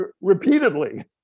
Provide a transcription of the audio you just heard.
Repeatedly